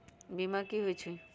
बीमा कि होई छई?